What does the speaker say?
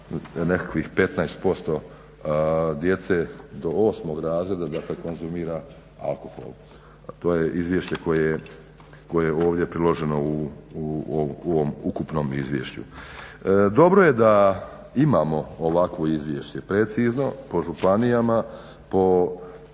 nekakvih 15% djece do 8. razreda dakle konzumira alkohol. To je izvješće koje je ovdje priloženo u ovom ukupnom izvješću. Dobro je da imamo ovakvo izvješće precizno po županijama, po